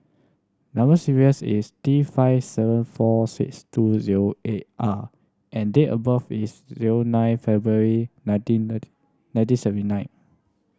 number sequence is T five seven four six two zero eight R and date of birth is zero nine February nineteen nineteen seventy nine